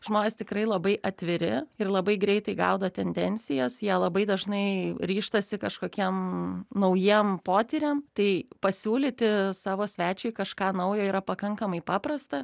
žmonės tikrai labai atviri ir labai greitai gaudo tendencijas jie labai dažnai ryžtasi kažkokiem naujiem potyriam tai pasiūlyti savo svečiui kažką naujo yra pakankamai paprasta